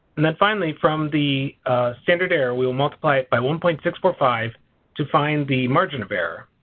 and then finally from the standard error we will multiply it by one point six four five to find the margin of error.